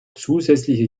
zusätzliche